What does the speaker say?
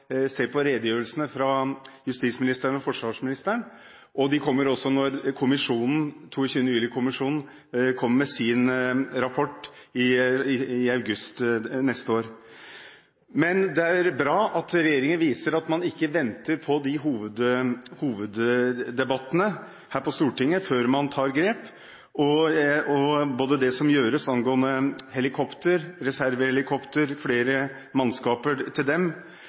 se på redegjørelsene fra justisministeren og forsvarsministeren. Det kommer også når 22. juli-kommisjonen kommer med sin rapport i august neste år. Det er bra at regjeringen viser at man ikke venter på hoveddebattene her på Stortinget før man tar grep. Både det som gjøres angående helikopter og reservehelikopter, flere mannskaper til dem,